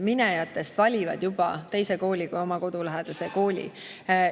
minejatest valib teise kooli, mitte kodulähedase kooli.